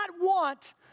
want